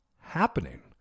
happening